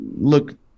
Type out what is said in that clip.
look